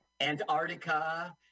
Antarctica